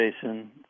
Jason